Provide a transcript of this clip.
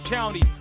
County